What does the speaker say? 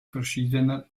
verschiedener